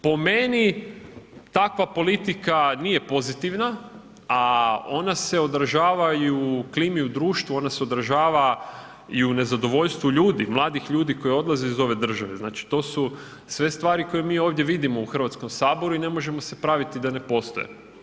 Po meni takva politika nije pozitivna, a ona se odražava i u klimi u društvu, ona se odražava i u nezadovoljstvu ljudi, mladih ljudi koji odlaze iz ove države, znači to su sve stvari koje mi ovdje vidimo u HS i ne možemo se praviti da ne postoje.